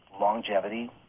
longevity